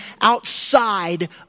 outside